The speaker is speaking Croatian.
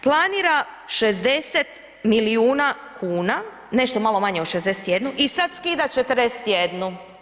Planira 60 milijuna kuna, nešto malo manje od 61, i sad skida 41.